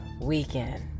weekend